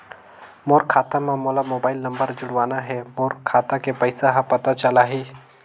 मोर खाता मां मोला मोबाइल नंबर जोड़वाना हे मोर खाता के पइसा ह पता चलाही?